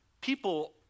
people